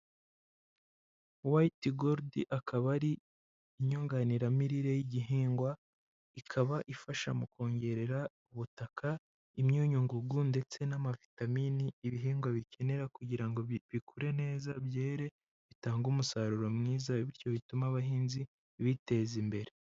White Gold akaba ari inyunganiramirire y'igihingwa, ikaba ifasha mu kongerera ubutaka imyunyungugu ndetse n'amavitamini ibihingwa bikenera kugira ngo bi bikure neza byere bitange umusaruro mwiza, bityo bitume abahinzi biteza imbere.